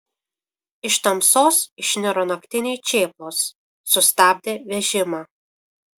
iš tamsos išniro naktiniai čėplos sustabdė vežimą